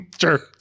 Sure